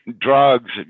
drugs